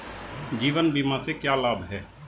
जीवन बीमा से क्या लाभ हैं?